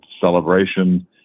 celebration